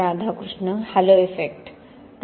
Radhakrishna hello effect Dr